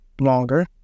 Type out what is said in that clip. longer